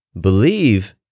Believe